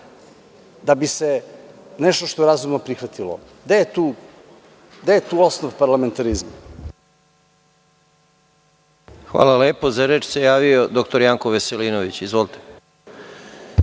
da bi se nešto što je razumno prihvatilo. Gde je tu osnov parlamentarizma? **Žarko Korać** Za reč se javio dr Janko Veselinović. Izvolite.